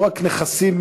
לא רק של נכסים,